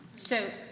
so,